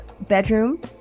bedroom